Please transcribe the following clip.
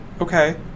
Okay